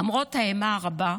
למרות האימה הרבה,